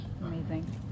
Amazing